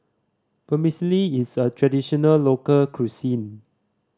vermicelli is a traditional local cuisine